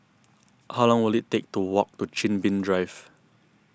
how long will it take to walk to Chin Bee Drive